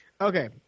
Okay